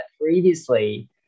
previously